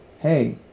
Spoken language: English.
Hey